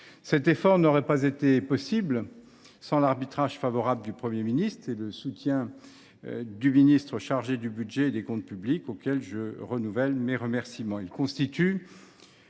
Cet effort n’aurait pas été possible sans l’arbitrage favorable du Premier ministre et le soutien du ministre chargé du budget et des comptes publics, auxquels je renouvelle mes remerciements.